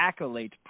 accolades